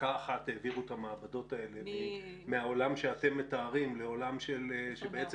שבמכה אחת העבירו את המעבדות האלה מהעולם שאתם מתארים לעולם שבעצם